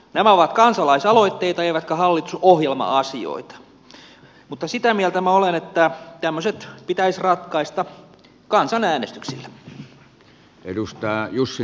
nämä ovat kansalaisaloitteita eivätkä hallitusohjelma asioita mutta sitä mieltä minä olen että tämmöiset pitäisi ratkaista kansanäänestyksillä